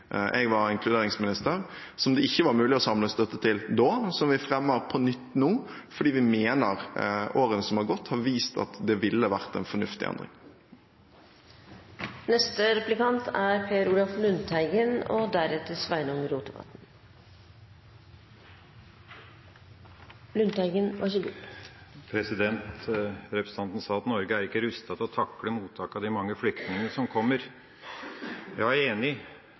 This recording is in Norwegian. jeg var inkluderingsminister, som det ikke var mulig å samle støtte til da, og som vi fremmer på nytt nå fordi vi mener årene som har gått, har vist at det vil være en fornuftig endring. Representanten sa at Norge ikke er rustet til å takle mottak av de mange flyktningene som kommer. Ja, jeg er enig,